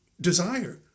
desire